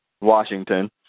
Washington